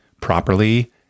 properly